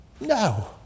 No